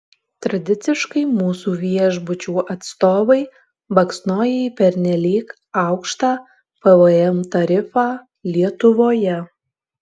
tradiciškai mūsų viešbučių atstovai baksnoja į pernelyg aukštą pvm tarifą lietuvoje